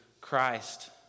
Christ